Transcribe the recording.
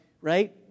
right